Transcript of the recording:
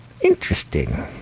Interesting